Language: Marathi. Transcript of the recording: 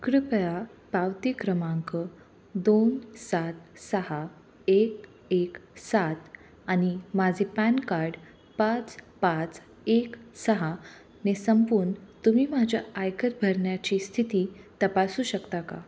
कृपया पावती क्रमांक दोन सात सहा एक एक सात आणि माझे पॅन कार्ड पाच पाच एक सहा ने संपून तुम्ही माझ्या आयकर भरण्याची स्थिती तपासू शकता का